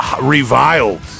reviled